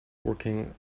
working